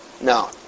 no